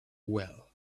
well